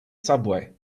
subway